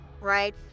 right